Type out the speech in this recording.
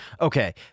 okay